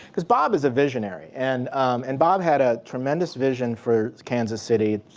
because bob is a visionary. and and bob had a tremendous vision for kansas city.